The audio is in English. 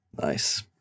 nice